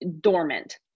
dormant